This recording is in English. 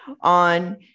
on